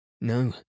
No